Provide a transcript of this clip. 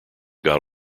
got